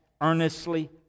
earnestly